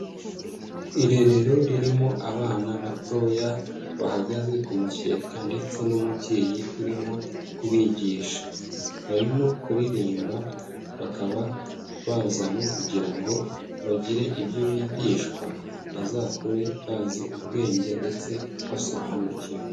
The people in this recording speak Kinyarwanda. Irerero ririmo abana batoya bahagaze kumukeka ndetse n'umubyeyi urimo kubigisha, barimo kuririmba bakaba bazanywe kugira ngo bagire ibyo bigishwa bazakure bazi ubwenge ndetse basobanukiwe.